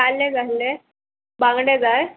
ताल्ले जाय आहले बांगडे जाय